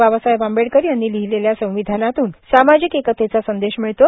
बाबासाहेब आंबेडकर यांनी लिहिलेल्या संविधानातून सामाजिक एकतेचा संदेश मिळतो